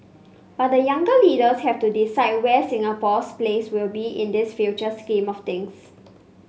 but the younger leaders have to decide where Singapore's place will be in this future scheme of things